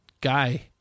guy